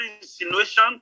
insinuation